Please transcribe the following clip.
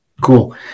Cool